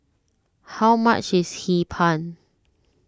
how much is Hee Pan